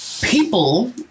people